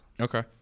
Okay